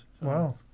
wow